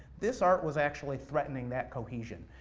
this art was actually threatening that cohesion.